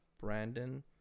Brandon